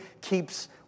keeps